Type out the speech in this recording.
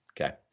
Okay